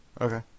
Okay